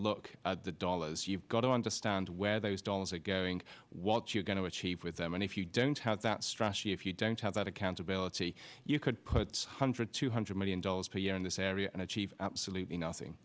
look at the dollars you've got to understand where those dollars are going what you're going to achieve with them and if you don't have that strategy if you don't have that accountability you could put hundred two hundred million dollars per year in this area and achieve absolutely nothing